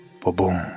Boom